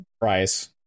price